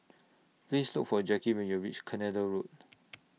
Please Look For Jacki when YOU REACH Canada Road